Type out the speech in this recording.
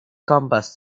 compass